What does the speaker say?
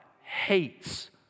hates